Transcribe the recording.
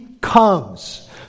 comes